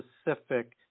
specific